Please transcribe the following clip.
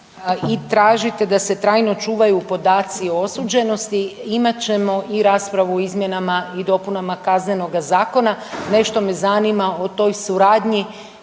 i tražite da se trajno čuvaju podaci o osuđenosti, imat ćemo i raspravu o izmjenama i dopunama Kaznenoga zakona. Nešto me zanima o toj suradnji,